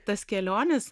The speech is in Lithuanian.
tas keliones